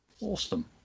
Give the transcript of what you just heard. Awesome